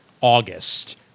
August